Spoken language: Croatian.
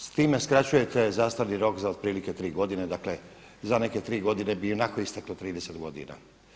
S time skraćujete zastarni rok za otprilike tri godine, dakle za neke tri godine bi ionako isteklo 30 godina.